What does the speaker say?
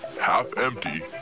half-empty